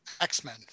X-Men